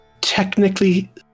technically